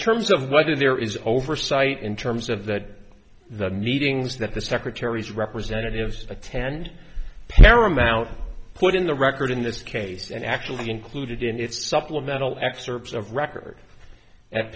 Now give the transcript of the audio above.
terms of whether there is oversight in terms of that the meetings that the secretary's representatives attend paramount put in the record in this case and actually included in its supplemental excerpts of record